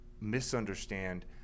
misunderstand